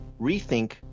rethink